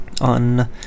on